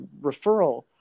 referral